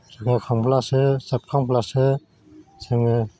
रोगाखांब्लासो जाबखांब्लासो जोङो